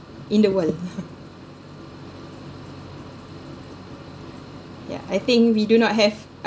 in the world yeah I think we do not have